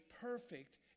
perfect